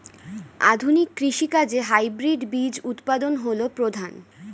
আধুনিক কৃষি কাজে হাইব্রিড বীজ উৎপাদন হল প্রধান